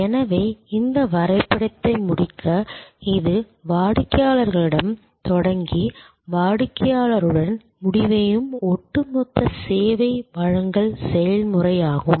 எனவே இந்த வரைபடத்தை முடிக்க இது வாடிக்கையாளரிடம் தொடங்கி வாடிக்கையாளருடன் முடிவடையும் ஒட்டுமொத்த சேவை வழங்கல் செயல்முறையாகும்